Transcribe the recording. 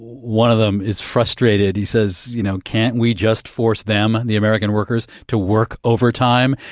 one of them is frustrated. he says, you know, can't we just force them the american workers to work overtime?